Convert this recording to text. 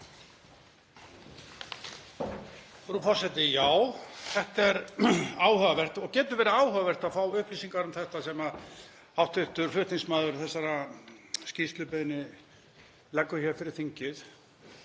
Frú forseti. Já, þetta er áhugavert og getur verið áhugavert að fá upplýsingar um þetta sem hv. flutningsmaður þessarar skýrslubeiðni leggur hér fyrir þingið.